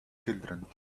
children